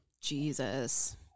Jesus